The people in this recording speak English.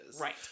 Right